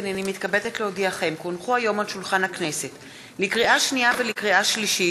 ירדנה מלר-הורוביץ: 6 הצעות סיעות המחנה הציוני,